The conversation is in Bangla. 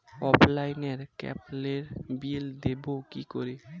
অফলাইনে ক্যাবলের বিল দেবো কি করে?